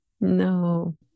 no